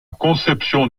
conception